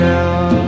now